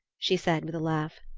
she said with a laugh.